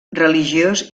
religiós